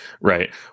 Right